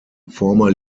former